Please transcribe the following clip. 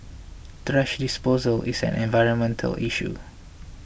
thrash disposal is an environmental issue